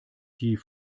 die